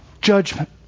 Judgment